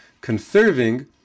conserving